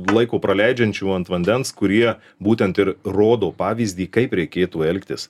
laiko praleidžiančių ant vandens kurie būtent ir rodo pavyzdį kaip reikėtų elgtis